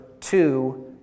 two